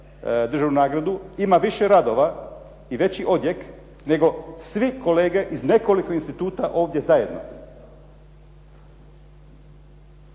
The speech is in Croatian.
državnu nagradu ima više radova i veći odjek nego svi kolege iz nekoliko instituta ovdje zajedno.